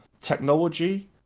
Technology